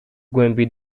głębi